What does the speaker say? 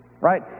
Right